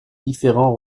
différents